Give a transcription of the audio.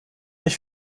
ich